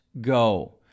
go